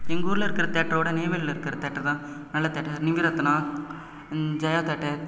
எங்கள் ஊரில் இருக்கிற தேட்ரோட நெய்வேலியில் இருக்கிற தேட்ரு தான் நல்ல தேட்ரு நிவிரத்னா ஜெயா தேட்டர்